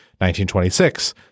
1926